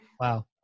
Wow